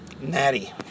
Natty